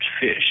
fish